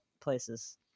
places